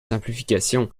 simplifications